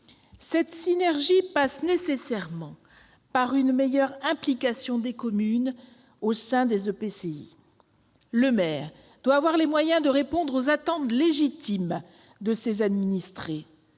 Ces synergies passent nécessairement par une meilleure implication des communes au sein des EPCI. Le maire doit avoir les moyens de répondre aux attentes légitimes de ses administrés.